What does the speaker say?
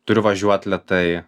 turiu važiuot lėtai